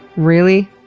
really?